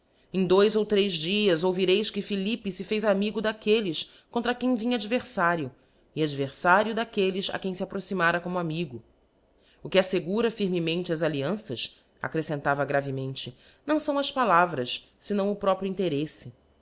em dois ou três dias ouvireis que philippe fe fez amigo d'aquelles contra quem vinha adverfario e adverfario d'aquelles a quem fe aproximara como amigo o que aflegura firmemente as allianças accrefcentava gravemente não fão as palavras fenão o próprio intereffe